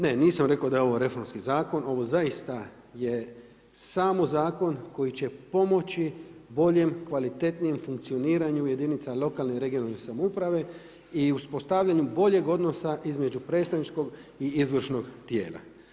Ne, nisam rekao da je ovo reformski zakon, ovo zaista je samo zakon koji će pomoći boljem, kvalitetnijem funkcioniranju jedinica lokalne i regionalne samouprave i uspostavljanju boljeg odnosa između predstavničkog i izvršnog tijela.